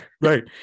right